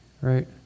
right